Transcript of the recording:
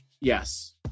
Yes